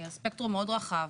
ספקטרום מאוד רחב,